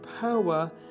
power